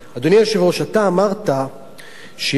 אדוני היושב-ראש, אתה אמרת שים-המלח